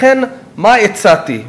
לכן, מה הצעתי?